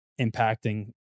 impacting